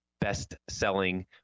best-selling